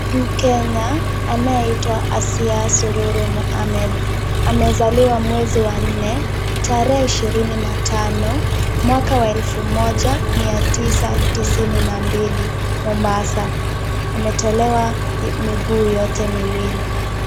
Mkenya anayeitwa Asia Sururu Mohamed, amezaliwa mwezi wa nne tarehe ishirini na tano mwaka wa elfu moja mia tisa, tisini na mbili Mombasa ametolewa miguu yote miwili.